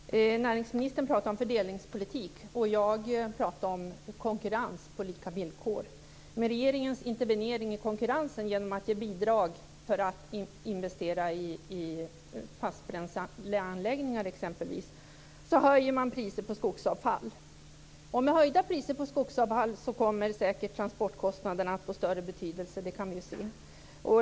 Fru talman! Näringsministern pratade om fördelningspolitik, och jag pratade om konkurrens på lika villkor. Med regeringens intervenering i konkurrensen, genom bidrag för investering i exempelvis fastbränsleanläggningar, höjer man priset på skogsavfall. Med höjda priser på skogsavfall kommer säkert transportkostnaderna att få större betydelse. Det kan vi se.